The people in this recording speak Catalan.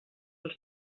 els